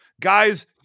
Guys